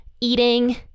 eating